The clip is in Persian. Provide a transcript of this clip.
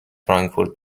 فرانکفورت